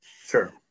Sure